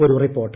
ഒരു റിപ്പോർട്ട്